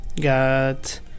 Got